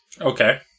Okay